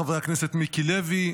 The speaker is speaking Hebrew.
חברי הכנסת מיקי לוי,